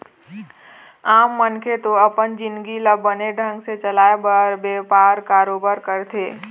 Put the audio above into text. आम मनखे तो अपन जिंनगी ल बने ढंग ले चलाय बर बेपार, कारोबार करथे